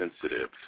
sensitive